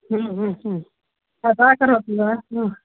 तथा करोति वा